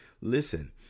Listen